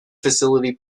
facility